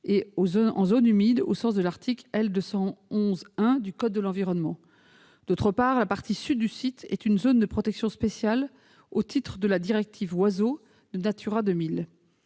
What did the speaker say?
et en zone humide au sens de l'article L. 211-1 du code de l'environnement. D'autre part, la partie sud du site est une zone de protection spéciale au titre de la directive Oiseaux de Natura 2000.